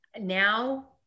now